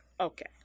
Okay